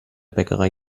bäckerei